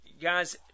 guys